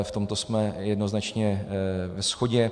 V tomto jsme jednoznačně ve shodě.